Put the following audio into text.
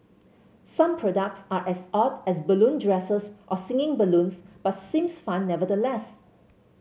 some products are as odd as balloon dresses or singing balloons but seems fun nevertheless